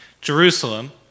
Jerusalem